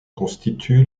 constitue